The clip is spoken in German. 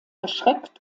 erschreckt